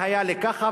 היה לי ככה,